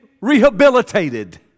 rehabilitated